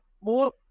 more